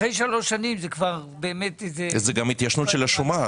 אחרי שלוש שנים זה כבר באמת --- זו גם התיישנות של השומה.